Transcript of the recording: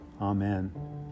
Amen